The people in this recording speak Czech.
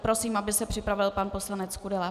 Prosím, aby se připravil pan poslanec Kudela.